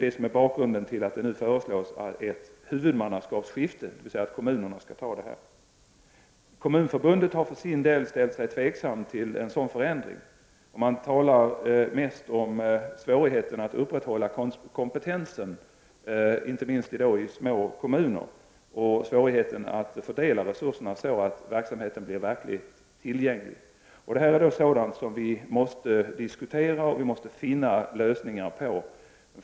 Detta är bakgrunden till att det nu föreslås ett huvudmannaskapsskifte, dvs. att kommunerna skall ha huvudmannaskapet. Kommunförbundet har för sin del ställt sig tveksam till en sådan förändring och man talar mest om svårigheterna att upprätthålla kompetensen, inte minst i små kommuner, och svårigheterna att fördela resurserna så att verksamheten blir tillgänglig i realiteten. Dessa frågor måste diskuteras och vi måste finna lösningar på dem.